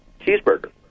cheeseburger